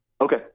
Okay